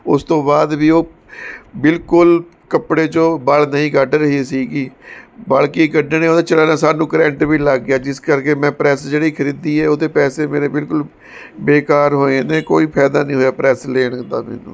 ਉਸ ਤੋਂ ਬਾਅਦ ਵੀ ਉਹ ਬਿਲਕੁਲ ਕੱਪੜੇ 'ਚੋਂ ਵਲ਼ ਨਹੀਂ ਕੱਢ ਰਹੀ ਸੀਗੀ ਵਲ਼ ਕੀ ਕੱਢਣੇ ਉਹਦੇ ਚੱਲਣ ਸਾਨੂੰ ਕਰੰਟ ਵੀ ਲੱਗ ਗਿਆ ਜਿਸ ਕਰਕੇ ਮੈਂ ਪ੍ਰੈੱਸ ਜਿਹੜੀ ਖਰੀਦੀ ਹੈ ਉਹਦੇ ਪੈਸੇ ਮੇਰੇ ਬਿਲਕੁਲ ਬੇਕਾਰ ਹੋਏ ਨੇ ਕੋਈ ਫਾਇਦਾ ਨਹੀਂ ਹੋਇਆ ਪ੍ਰੈੱਸ ਲੈਣੇ ਦਾ ਮੈਨੂੰ